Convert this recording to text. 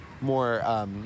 more